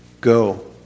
Go